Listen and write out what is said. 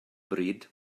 bryd